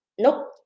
nope